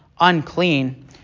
unclean